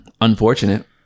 unfortunate